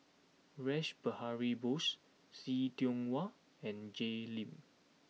Rash Behari Bose See Tiong Wah and Jay Lim